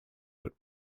but